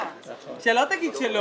שלא תגיד שלא.